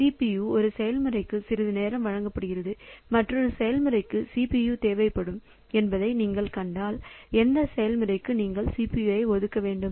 CPU ஒரு செயல்முறைக்கு சிறிது நேரம் வழங்கப்படுகிறது மற்றொரு செயல்முறைக்கு CPU தேவை என்பதை நீங்கள் கண்டால் அந்த செயல்முறைக்கு நீங்கள் CPU ஐ ஒதுக்க வேண்டும்